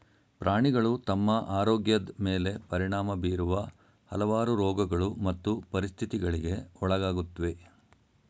ಪ್ರಾಣಿಗಳು ತಮ್ಮ ಆರೋಗ್ಯದ್ ಮೇಲೆ ಪರಿಣಾಮ ಬೀರುವ ಹಲವಾರು ರೋಗಗಳು ಮತ್ತು ಪರಿಸ್ಥಿತಿಗಳಿಗೆ ಒಳಗಾಗುತ್ವೆ